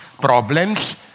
problems